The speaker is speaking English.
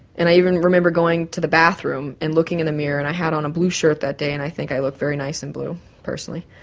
and i even remember going to the bathroom and looking in the mirror and i had on a blue shirt that day and i think i look very nice in blue personally,